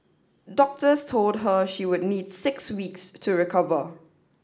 doctors told her she would need six weeks to recover